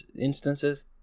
instances